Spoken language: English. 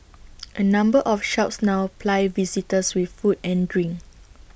A number of shops now ply visitors with food and drink